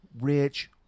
rich